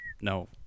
No